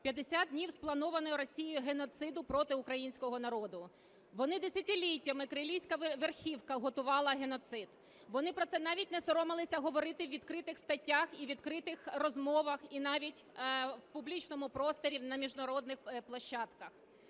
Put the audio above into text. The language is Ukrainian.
50 днів спланованого Росією геноциду проти українського народу. Вони десятиліттями, кремлівська верхівка, готувала геноцид. Вони про це навіть не соромилися говорити у відкритих стаття і в відкритих розмовах, і навіть в публічному просторі на міжнародних площадках.